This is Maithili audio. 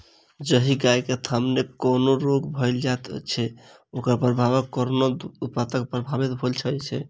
जाहि गाय के थनमे कोनो रोग भ जाइत छै, ओकर प्रभावक कारणेँ दूध उत्पादन प्रभावित होइत छै